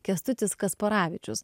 kęstutis kasparavičius